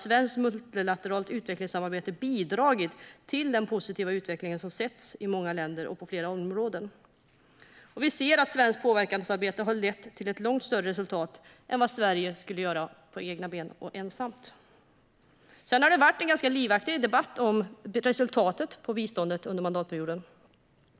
svenskt multilateralt utvecklingssamarbete har bidragit till den positiva utveckling som många länder haft på flera områden." Vi ser att svenskt påverkansarbete har lett till ett långt större resultat än vad Sverige skulle kunna åstadkomma på egna ben och ensamt. Det har också varit en ganska livaktig debatt om resultatet för biståndet under mandatperioden.